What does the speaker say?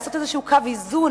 לעשות איזה קו איזון